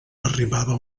arribava